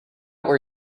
where